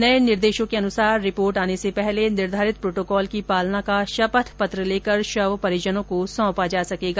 नए निदेशो के अनुसार रिपोर्ट आने से पहले निर्धारित प्रोटोकाल की पालना का शपथ पत्र लेकर शव परिजनों को सौंपा जा सकेगा